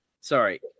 sorry